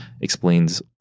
explains